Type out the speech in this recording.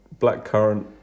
blackcurrant